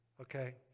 Okay